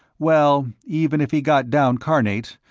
well, even if he got down carnate,